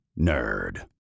nerd